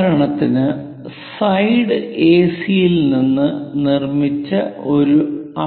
ഉദാഹരണത്തിന് സൈഡ് എസിയിൽ നിന്ന് നിർമ്മിച്ച ഒരു